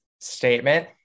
statement